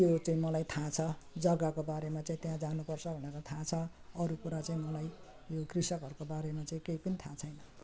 त्यो चाहिँ मलाई थाहा छ जग्गाको बारेमा चाहिँ त्यहाँ जानुपर्छ भनेर चाहिँ थाहा छ अरू कुरा चाहिँ मलाई यो कृषकहरूको बारेमा चाहिँ केही पनि थाहा छैन